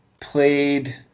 played